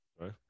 Right